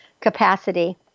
capacity